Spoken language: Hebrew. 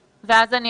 האמת,